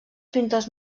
pintors